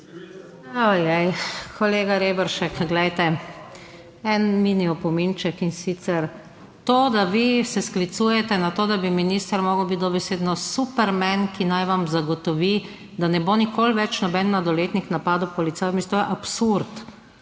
Glej, kolega Reberšek, glejte, en mini opominček. In sicer to, da vi se sklicujete na to, da bi minister moral biti dobesedno superman, ki naj vam zagotovi, da ne bo nikoli več noben mladoletnik napadel policami je absurd.